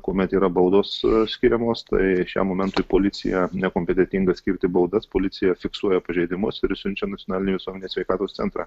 kuomet yra baudos skiriamos tai šiam momentui policija nekompetentinga skirti baudas policija fiksuoja pažeidimus ir siunčia į nacionalinį visuomenės sveikatos centrą